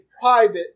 private